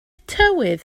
tywydd